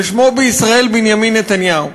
ושמו בישראל בנימין נתניהו,